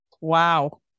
Wow